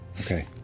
Okay